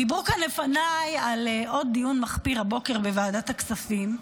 דיברו כאן לפניי על עוד דיון מחפיר הבוקר בוועדת הכספים.